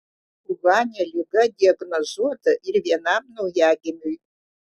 uhane liga diagnozuota ir vienam naujagimiui